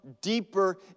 deeper